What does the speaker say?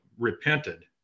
repented